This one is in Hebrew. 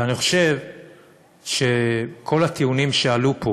ואני חושב שכל הטיעונים שעלו פה